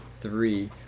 three